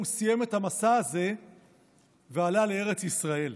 הוא סיים את המסע הזה ועלה לארץ ישראל.